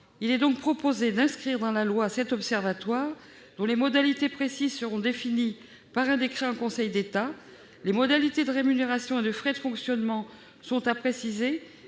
Il est proposé d'inscrire dans la loi cet observatoire, dont les modalités précises d'organisation seront définies par un décret en Conseil d'État. Les rémunérations et frais de fonctionnement sont à préciser,